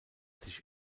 sich